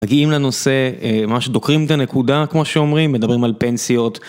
מגיעים לנושא, ממש דוקרים את הנקודה כמו שאומרים, מדברים על פנסיות.